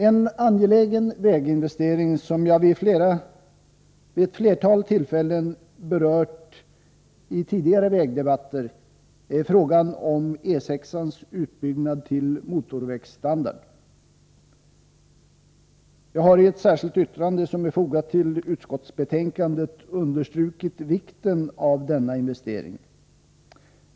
En angelägen väginvestering som jag berört vid ett flertal tillfällen i tidigare vägdebatter är frågan om E 6-ans utbyggnad till motorvägsstandard. Jag har i ett särskilt yttrande, som är fogat till utskottsbetänkandet, understrukit vikten av denna investering.